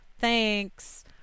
thanks